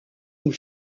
aux